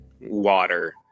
water